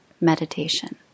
meditation